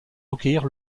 recueillir